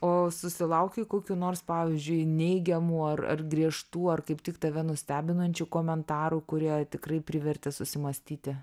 o susilauki kokių nors pavyzdžiui neigiamų ar ar griežtų ar kaip tik tave nustebinančių komentarų kurie tikrai privertė susimąstyti